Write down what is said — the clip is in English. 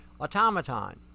automaton